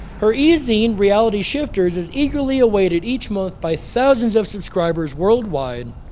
her ezine, realityshifters, is eagerly awaited each month by thousands of subscribers worldwide.